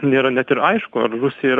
nėra net ir aišku ar rusija yra